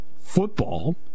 Football